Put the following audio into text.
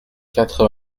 quatre